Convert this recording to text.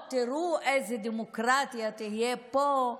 עוד תראו איזו דמוקרטיה תהיה פה,